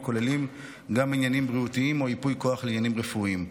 הכוללים גם עניינים בריאותיים או ייפוי כוח לעניינים רפואיים.